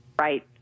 right